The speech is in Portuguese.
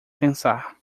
pensar